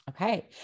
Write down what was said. Okay